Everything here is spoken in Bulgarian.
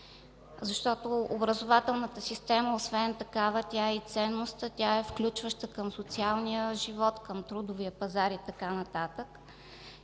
защото образователната система, освен такава, тя е и ценностна, тя е включваща към социалния живот, към трудовия пазар и така нататък?